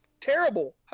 terrible